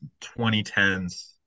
2010s